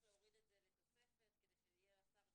להוריד את זה לתוספת כדי שתהיה לשר אפשרות,